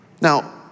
Now